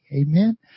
amen